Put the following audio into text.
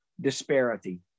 disparity